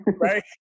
Right